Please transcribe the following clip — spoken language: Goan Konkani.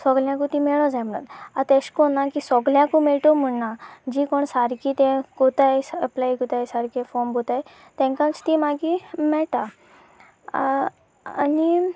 सगल्यांक ती मेळूं जाय म्हणून आतां तें अशें करिना की सगल्यांक मेळत म्हूण ना जीं कोण सारकी तें करतात एप्लाय करतात सारकें फॉर्म भरतात तांकांच ती मागीर मेळटा आनी